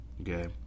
Okay